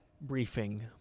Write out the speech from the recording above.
briefing